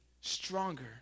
stronger